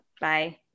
Bye